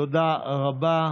לא באותו